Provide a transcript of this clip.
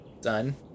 done